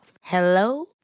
Hello